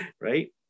right